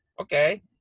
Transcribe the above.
okay